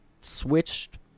switched